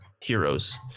heroes